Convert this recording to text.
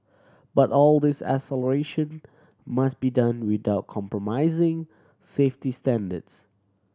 but all this acceleration must be done without compromising safety standards